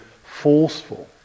forceful